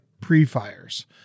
pre-fires